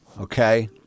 okay